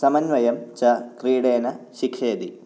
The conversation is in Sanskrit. समन्वयं च क्रीडेन शिक्षयति